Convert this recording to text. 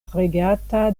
regata